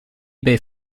ebay